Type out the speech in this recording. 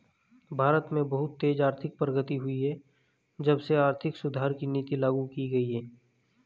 भारत में बहुत तेज आर्थिक प्रगति हुई है जब से आर्थिक सुधार की नीति लागू की गयी है